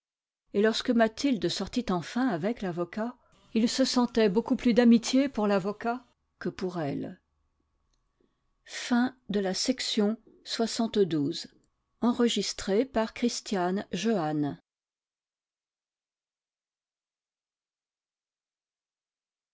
et lorsque mathilde sortit enfin avec l'avocat il se sentait beaucoup plus d'amitié pour l'avocat que pour elle chapitre xliii